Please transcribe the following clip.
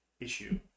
issue